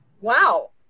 wow